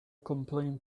complain